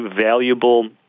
valuable